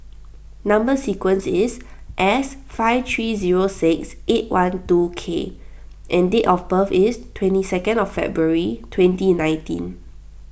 Number Sequence is S five three zero six eight one two K and date of birth is twenty second February twenty nineteen